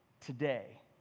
today